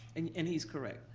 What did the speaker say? and and he's correct.